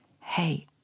hey